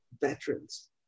veterans